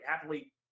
happily